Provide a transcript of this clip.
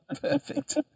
Perfect